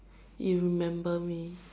you remember me